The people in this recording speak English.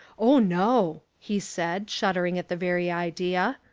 oh, no, he said, shuddering at the very idea,